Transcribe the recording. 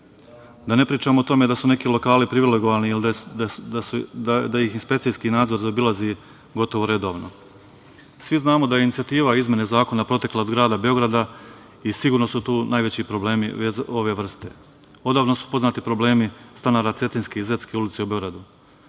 Da ne pričam o tome da su neki lokali privilegovani i da ih inspekcijski nadzor zaobilazi gotovo redovno. Svi znamo da je inicijativa izmene zakona potekla od grada Beograda i sigurno su tu najveći problemi ove vrste. Odavno su poznati problemi stanara Cetinjske i Zetske ulice u Beogradu. Danas